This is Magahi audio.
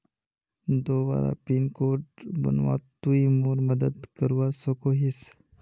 दोबारा पिन कोड बनवात तुई मोर मदद करवा सकोहिस?